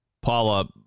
Paula